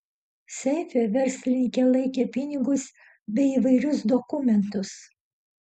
seife verslininkė laikė pinigus bei įvairius dokumentus